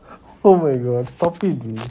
oh my god stop it B